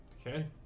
Okay